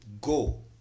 go